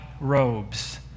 robes